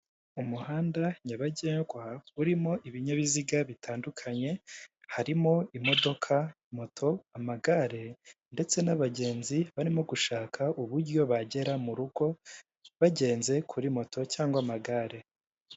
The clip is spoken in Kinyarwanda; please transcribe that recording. Umuhanda nyabagendwa urimo ibinyabiziga bitandukanye harimo imodoka, moto, amagare ndetse n'abagenzi barimo gushaka uburyo bagera mu rugo bagenze kuri moto cyangwa amagare.